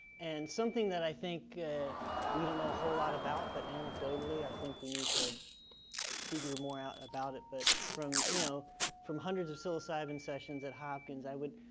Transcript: and something that i think we don't know a whole lot about but anecdotally i think we need to figure more out about it, but from you know from hundreds of psilocybin sessions at hopkins i would,